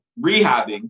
rehabbing